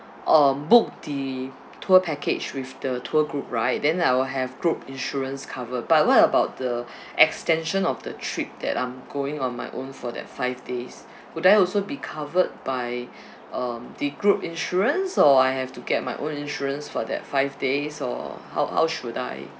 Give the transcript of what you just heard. um book the tour package with the tour group right then I will have group insurance cover but what about the extension of the trip that I'm going on my own for that five days would I also be covered by um the group insurance or I have to get my own insurance for that five days or how how should I